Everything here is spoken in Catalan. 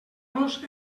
los